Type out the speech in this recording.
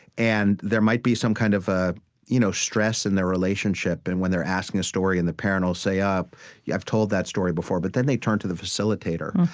and there might be some kind of ah you know stress in their relationship. and when they're asking a story and the parent will say, yeah i've told that story before. but then they turn to the facilitator.